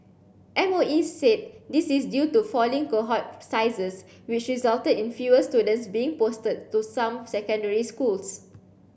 M O E said this is due to falling cohort sizes which resulted in fewer students being posted to some secondary schools